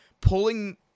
pulling